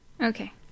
Okay